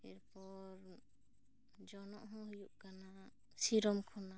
ᱮᱨᱯᱚᱨ ᱡᱚᱱᱚᱜ ᱦᱚᱸ ᱦᱩᱭᱩᱜ ᱠᱟᱱᱟ ᱥᱤᱨᱚᱢ ᱠᱷᱚᱱᱟᱜ